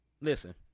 listen